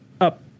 up